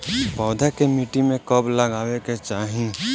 पौधा के मिट्टी में कब लगावे के चाहि?